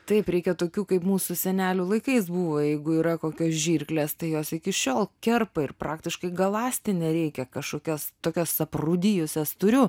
taip reikia tokių kaip mūsų senelių laikais buvo jeigu yra kokios žirkles tai jos iki šiol kerpa ir praktiškai galąsti nereikia kažkokias tokias aprūdijusias turiu